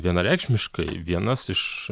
vienareikšmiškai vienas iš